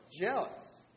Jealous